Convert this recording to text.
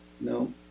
No